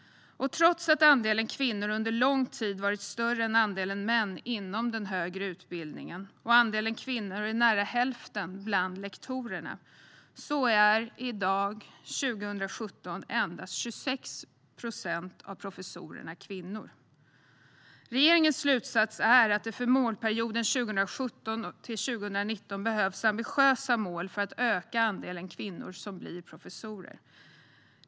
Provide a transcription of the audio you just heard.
Trots att andelen kvinnor under lång tid har varit större än andelen män inom högre utbildning och att andelen kvinnor är nära hälften bland lektorerna så är i dag 2017 endast 26 procent av professorerna kvinnor. Regeringens slutsats är att det för målperioden 2017-2019 behövs ambitiösa mål för att öka andelen kvinnor som blir professorer.